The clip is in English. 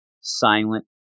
silent